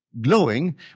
glowing